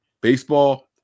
Baseball